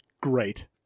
Great